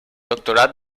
doctorat